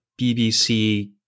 BBC